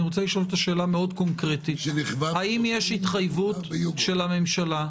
אני רוצה לשאול את השאלה מאוד קונקרטי: האם יש התחייבות של הממשלה,